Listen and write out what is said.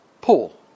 Paul